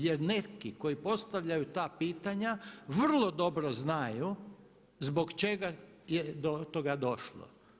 Jer neki koji postavljaju ta pitanja vrlo dobro znaju zbog čega je do toga došlo.